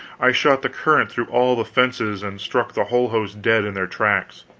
i shot the current through all the fences and struck the whole host dead in their tracks!